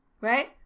right